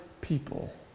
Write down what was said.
people